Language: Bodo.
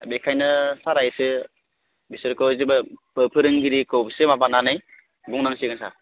बेखायनो सारआ इखो बिसोरखो जेबो फोरोंगिरिखौ एसे माबानानै बुंनांसिगोन सार